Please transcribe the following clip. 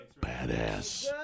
Badass